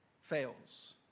fails